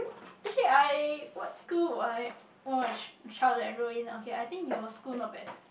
actually I what school would I want my child to enroll in okay I think your school not bad